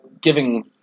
giving